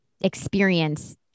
experience